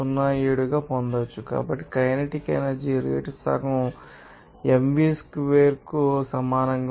07 గా పొందవచ్చు కాబట్టికైనెటిక్ ఎనర్జీ రేటు సగం mv స్క్వేర్కు సమానంగా ఉంటుంది